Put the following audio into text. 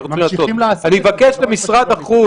הם ממשיכים לעשות את זה לא רק בשטחים.